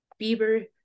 Bieber